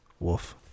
Wolf